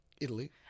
Italy